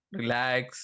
relax